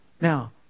Now